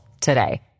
today